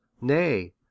Nay